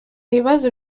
ibibazo